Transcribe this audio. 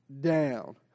down